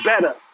better